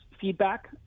feedback